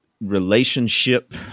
relationship